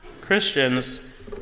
Christians